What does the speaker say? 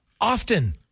often